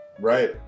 Right